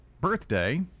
birthday